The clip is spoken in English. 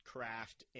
craft